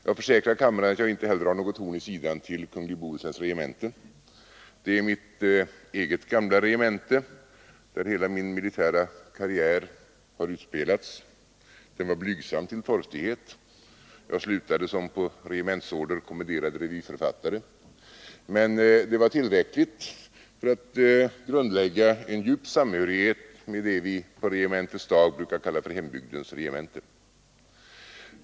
Jag försäkrar kammaren att jag inte heller har något horn i sidan till kungl. Bohusläns regemente. Det är mitt eget gamla regemente där hela min militära karriär har utspelats. Den var blygsam till torftighet; jag slutade som på regementets order kommenderad revyförfattare. Men det var tillräckligt för att grundlägga en djup samstämmighet med det som vi på Regementets dag brukar kalla hembygdens regemente.